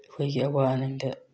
ꯑꯩꯈꯣꯏꯒꯤ ꯑꯋꯥ ꯑꯅꯥꯗ